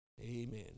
Amen